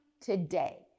today